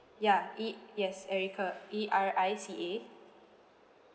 ya E yes erica E R I C A